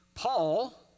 Paul